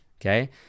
okay